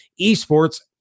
esports